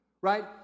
Right